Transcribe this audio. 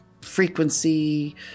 frequency